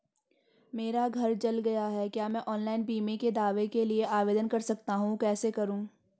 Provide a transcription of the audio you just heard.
मेरा घर जल गया है क्या मैं ऑनलाइन बीमे के दावे के लिए आवेदन कर सकता हूँ कैसे करूँ?